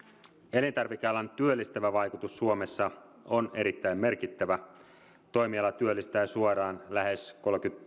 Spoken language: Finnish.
elintarvikealan työllistävä vaikutus suomessa on erittäin merkittävä toimiala työllistää suoraan lähes